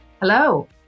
Hello